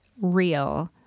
real